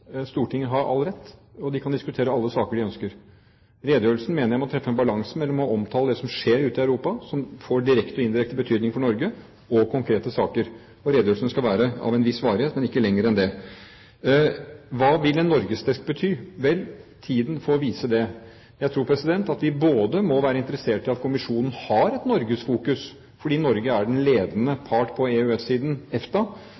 saker de ønsker. Redegjørelsen mener jeg må treffe en balanse mellom å omtale det som skjer ute i Europa som får direkte og indirekte betydning for Norge, og konkrete saker. Redegjørelsen skal være av en viss varighet, men ikke lenger enn det. Hva vil en norgesdesk bety? Vel, tiden får vise det. Jeg tror at vi må være interessert i at kommisjonen både har et norgesfokus – fordi Norge er den ledende part på EØS-siden, EFTA,